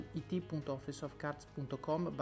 it.officeofcards.com